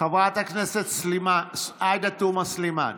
חברת הכנסת עאידה תומא סלימאן,